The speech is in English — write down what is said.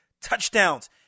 touchdowns